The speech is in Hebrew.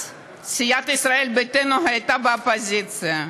אז סיעת ישראל ביתנו הייתה באופוזיציה.